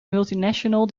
multinational